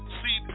see